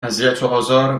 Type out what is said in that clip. اذیتوآزار